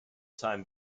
time